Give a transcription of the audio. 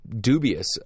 dubious